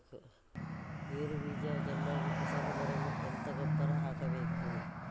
ಗೇರು ಬೀಜ ಚೆನ್ನಾಗಿ ಫಸಲು ಬರಲು ಎಂತ ಗೊಬ್ಬರ ಹಾಕಬೇಕು?